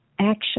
action